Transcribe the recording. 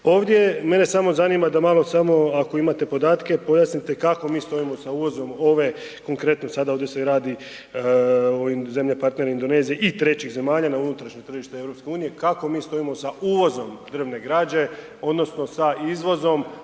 Ovdje je, mene samo zanima da malo samo ako imate podatke pojasnite kako mi stojimo sa uvozom ove konkretno sada ovdje se radi o ovim zemlja partner Indonezije i trećih zemalja na unutrašnje tržište EU, kako mi stojimo sa uvozom drvne građe odnosno sa izvozom,